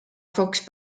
fox